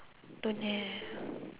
don't have